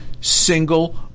single